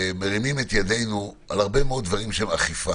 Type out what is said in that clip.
ומרימים את ידינו על הרבה מאוד דברים של אכיפה